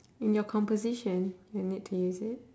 in your composition you need to use it